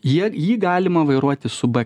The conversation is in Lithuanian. jie jį galima vairuoti su b